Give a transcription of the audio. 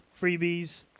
freebies